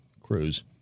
Cruz